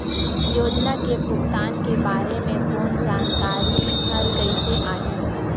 योजना के भुगतान के बारे मे फोन जानकारी हर कइसे आही?